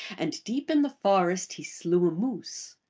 and deep in the forest he slew a moose.